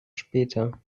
später